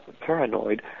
paranoid